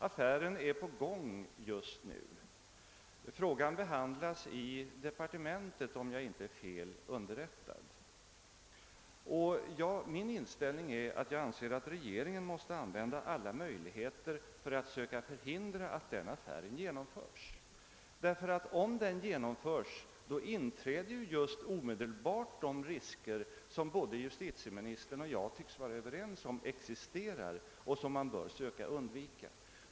Affären är på gång och frågan behandlas i departementet, om jag inte är fel underrättad. Min inställning är att regeringen måste använda alla medel för att söka förhindra att denna affär genomförs, ty om den blir verklighet inträder omedelbart de risker som justitieministern och jag tycks vara överens om och som man bör söka undvika.